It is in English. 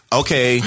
okay